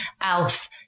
Alf